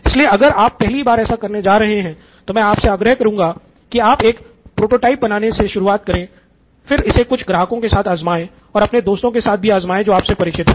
इसलिए अगर आप पहली बार ऐसा करने जा रहे हैं तो मैं आपसे आग्रह करूंगा कि आप एक प्रोटोटाइप बनाने से शुरुआत करे फिर इसे कुछ ग्राहकों के साथ आज़माए और अपने दोस्तों के साथ भी आज़माए जो आपसे परिचित हैं